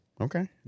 Okay